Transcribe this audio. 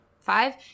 Five